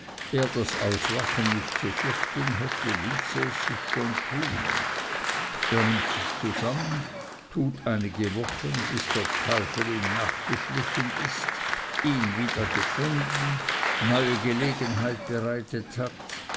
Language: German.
das auslachen nicht zu fürchten hätte ließe es sich schon tun er nimmt sich zusammen tut gut einige wochen bis der teufel ihm nachgeschlichen ist ihn wieder gefunden neue gelegenheit bereitet hat